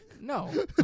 No